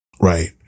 right